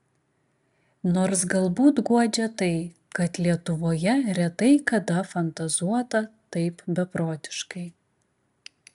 nors galbūt guodžia tai kad lietuvoje retai kada fantazuota taip beprotiškai